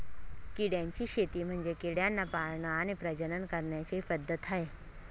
किड्यांची शेती म्हणजे किड्यांना पाळण आणि प्रजनन करण्याची पद्धत आहे